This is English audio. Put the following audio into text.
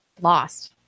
lost